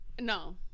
No